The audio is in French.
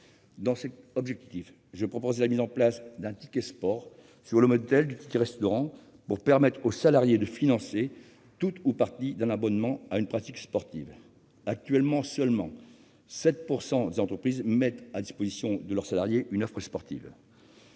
Dans cet objectif, je propose la mise en place d'un ticket sport, sur le modèle du ticket restaurant, pour permettre aux salariés de financer tout ou partie d'un abonnement à une pratique sportive. Actuellement, seulement 7 % des entreprises mettent à disposition de leurs salariés une offre sportive.